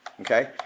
Okay